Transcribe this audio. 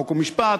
חוק ומשפט.